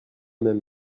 même